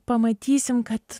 pamatysim kad